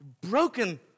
Broken